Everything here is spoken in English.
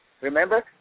Remember